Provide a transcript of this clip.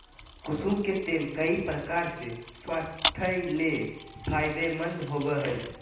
कुसुम के तेल कई प्रकार से स्वास्थ्य ले फायदेमंद होबो हइ